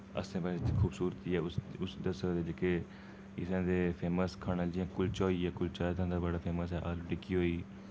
आस्से पास्से दी खूबसूरती उस्सी दस्सी सकदे जेह्के इत्थै दी फेमस खाने आह्लियां चीजां जि'यां कुलचा होई गेआ कुलचा इत्थै दा बड़ा फेमस ऐ आलू टिक्की होई